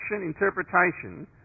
interpretation